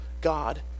god